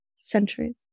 centuries